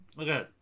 Okay